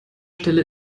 stelle